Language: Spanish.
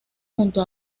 junto